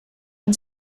han